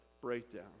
breakdown